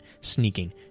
sneaking